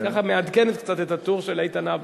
היא מעדכנת את הטור של איתן הבר,